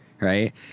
right